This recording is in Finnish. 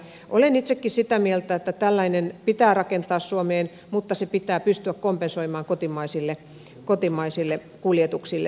olen itsekin sitä mieltä että tällainen pitää rakentaa suomeen mutta se pitää pystyä sitten kompensoimaan kotimaisille kuljetuksille